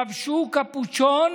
לבשו קפוצ'ון